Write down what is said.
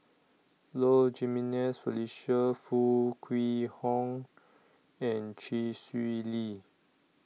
Low Jimenez Felicia Foo Kwee Horng and Chee Swee Lee